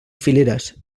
fileres